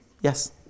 Yes